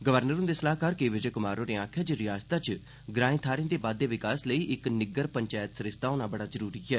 governor हंदे सलाहकार के विजय क्मार होरें आखेआ ऐ जे रिआसता च ग्राएं थाहें दे बाद्दे विकास लेई इक निग्गर चप्त सरिस्ता होना बड़ा जरूरी ऐ